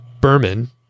Berman